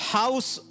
house